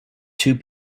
two